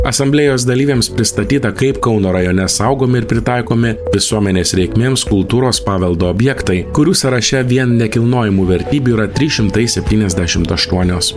asamblėjos dalyviams pristatyta kaip kauno rajone saugomi ir pritaikomi visuomenės reikmėms kultūros paveldo objektai kurių sąraše vien nekilnojamų vertybių yra trys šimtai septnyiasdešim aštuonios